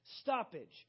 stoppage